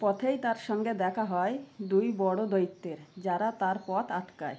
পথেই তার সঙ্গে দেখা হয় দুই বড়ো দৈত্যের যারা তার পথ আটকায়